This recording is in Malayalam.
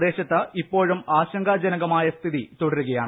പ്രദേശത്ത് ഇപ്പോഴും ആശങ്കാജനകമായ സ്ഥിതി തുടരുകയാണ്